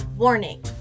Warning